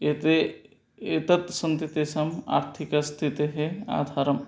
एते एतत् सन्ति सम् आर्थिकस्थितेः आधारम्